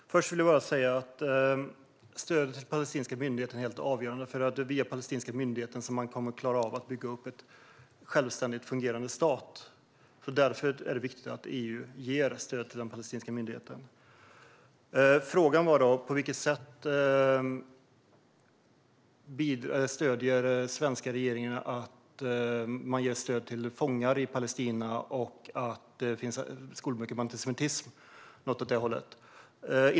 Herr talman! Först vill jag säga att stödet till den palestinska myndigheten är helt avgörande. Det är via den palestinska myndigheten som man kommer att klara av att bygga upp en självständigt fungerande stat. Därför är det viktigt att EU ger stöd till den palestinska myndigheten. Frågan var: På vilket sätt stöder den svenska regeringen att man ger stöd till fångar i Palestina och att det finns skolböcker med antisemitism? Det var något åt det hållet.